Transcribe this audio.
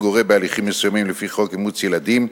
הורה בהליכים מסוימים לפי חוק אימוץ ילדים,